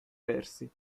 versi